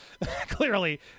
clearly